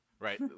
right